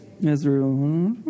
Israel